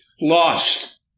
lost